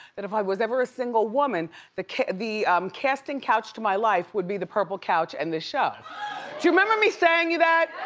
that if i was ever a single woman the the casting couch to my life would be the purple couch and this show. do you remember me saying that?